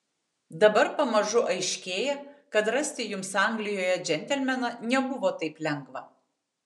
dabar pamažu aiškėja kad rasti jums anglijoje džentelmeną nebuvo taip lengva